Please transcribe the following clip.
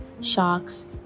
sharks